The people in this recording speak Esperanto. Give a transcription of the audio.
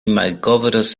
malkovros